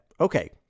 Okay